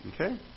Okay